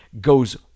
goes